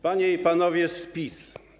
Panie i Panowie z PiS!